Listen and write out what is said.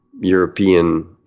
European